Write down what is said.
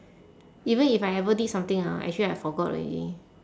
even if I ever did something ah actually I forgot already